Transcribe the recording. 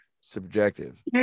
subjective